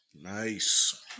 Nice